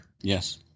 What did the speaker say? Yes